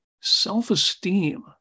self-esteem